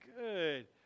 Good